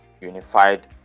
unified